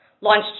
Launched